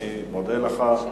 אני מודה לך.